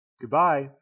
Goodbye